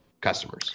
customers